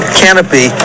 canopy